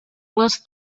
les